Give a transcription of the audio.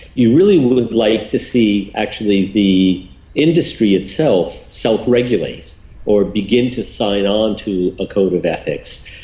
you really would like to see actually the industry itself self-regulate or begin to sign on to a code of ethics.